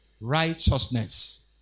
Righteousness